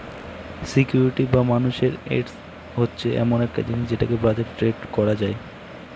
security বা মানুষের asset হচ্ছে এমন একটা জিনিস যেটাকে বাজারে ট্রেড করা যায়